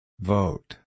Vote